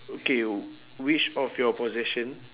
okay which of your possession